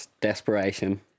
desperation